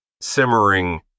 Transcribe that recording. simmering